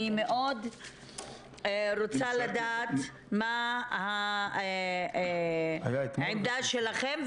אני רוצה לדעת מה העמדה שלכם,